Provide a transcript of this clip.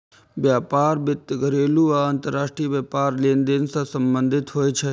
व्यापार वित्त घरेलू आ अंतरराष्ट्रीय व्यापार लेनदेन सं संबंधित होइ छै